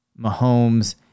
Mahomes